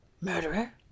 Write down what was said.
murderer